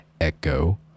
echo